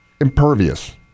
Impervious